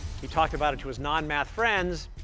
he talked about it to his non-math friends,